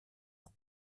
ans